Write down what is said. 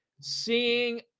seeing